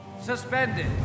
suspended